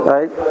Right